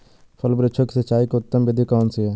फल वृक्षों की सिंचाई की उत्तम विधि कौन सी है?